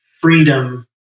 freedom